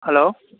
hello